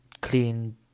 clean